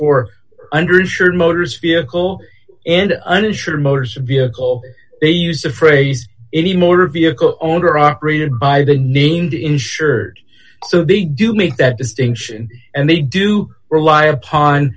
for underage should motors vehicle and uninsured motors vehicle they use the phrase any motor vehicle owner operated by the named insured so they do make that distinction and they do rely upon